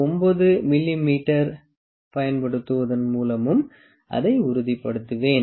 9 மிமீ பயன்படுத்துவதன் மூலமும் அதை உறுதிப்படுத்துவேன்